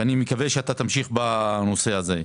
ואני מקווה שתמשיך בנושא הזה.